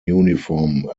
uniform